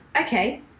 okay